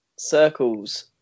circles